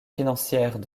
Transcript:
financières